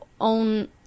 own